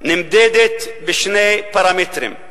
נמדדת בשני פרמטרים: